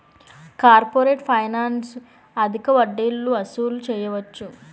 corporate ఫైనాన్స్లో అధిక వడ్డీలు వసూలు చేయవచ్చు